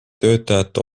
töötajate